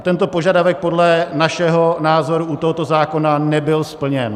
Tento požadavek podle našeho názoru u tohoto zákona nebyl splněn.